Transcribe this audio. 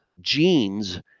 genes